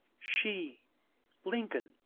she lincoln,